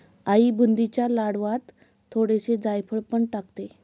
आई बुंदीच्या लाडवांत थोडेसे जायफळ पण टाकते